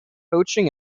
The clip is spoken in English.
coaching